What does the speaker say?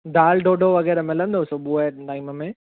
दालि डोडो वग़ैरह मिलंदो सुबुहु जे टाइम में